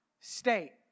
state